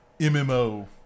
MMO